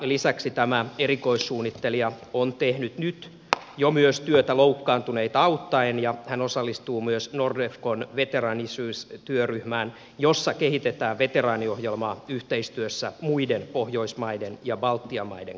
lisäksi tämä erikoissuunnittelija on tehnyt jo nyt myös työtä loukkaantuneita auttaen ja osallistuu myös nordefcon veteraanityöryhmään jossa kehitetään veteraaniohjelmaa yhteistyössä muiden pohjoismaiden ja baltian maiden kanssa